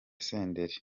senderi